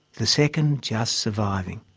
the second just surviving.